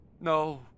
No